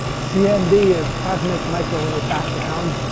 cmb is cosmic microwave background.